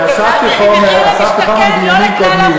אספתי חומר מדיונים קודמים.